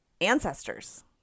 ancestors